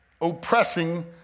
oppressing